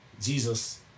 Jesus